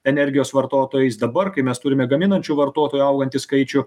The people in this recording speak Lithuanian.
energijos vartotojais dabar kai mes turime gaminančių vartotojų augantį skaičių